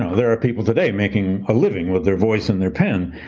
ah there are people today making a living with their voice and their pen,